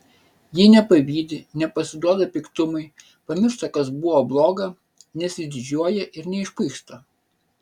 ji nepavydi nepasiduoda piktumui pamiršta kas buvo bloga nesididžiuoja ir neišpuiksta